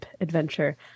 adventure